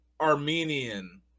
Armenian